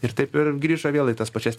ir taip ir grįžo vėl į tas pačias